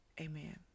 Amen